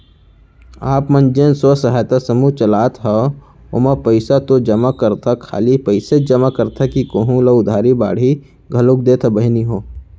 आप मन जेन स्व सहायता समूह चलात हंव ओमा पइसा तो जमा करथा खाली पइसेच जमा करथा कि कोहूँ ल उधारी बाड़ी घलोक देथा बहिनी हो?